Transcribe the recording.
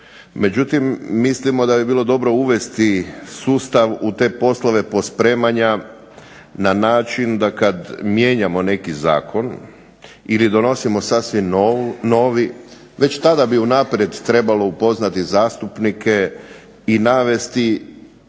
Međutim, mislimo da bi bilo dobro uvesti sustav u te poslove pospremanja na način da kad mijenjamo neki zakon ili donosimo sasvim novi već tada bi unaprijed trebalo upoznati zastupnike i navesti